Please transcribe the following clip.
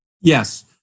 Yes